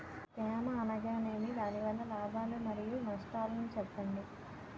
తేమ అనగానేమి? దాని వల్ల లాభాలు మరియు నష్టాలను చెప్పండి?